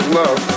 love